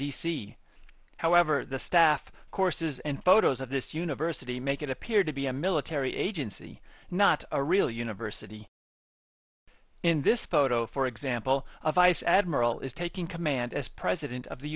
c however the staff courses and photos of this university make it appear to be a military agency not a real university in this photo for example a vice admiral is taking command as president of the